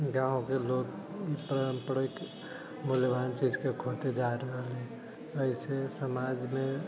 गाँवके लोक पारम्परिक मूल्यवान चीजके खोते जा रहल अछि एहिसँ समाजमे